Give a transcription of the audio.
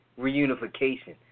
reunification